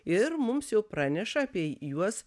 ir mums jau praneša apie juos